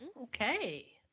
okay